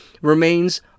remains